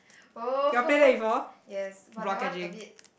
!oho! yes but that one a bit